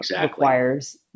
requires